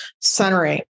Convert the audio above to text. centering